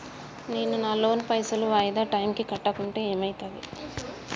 నేను నా లోన్ పైసల్ వాయిదా టైం కి కట్టకుంటే ఏమైతది?